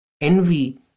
Envy